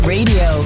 Radio